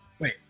Wait